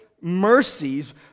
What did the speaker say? mercies